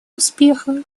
успеха